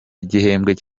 igihembwe